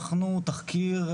ערכנו תחקיר,